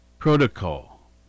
protocol